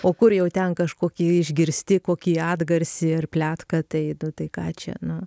o kur jau ten kažkokį išgirsti kokį atgarsį ar pletką tai nu tai ką čia nu